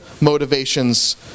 motivations